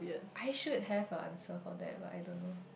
I should have a answer for that but I don't know